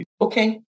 okay